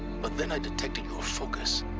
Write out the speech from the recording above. but then i detected your focus.